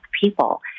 people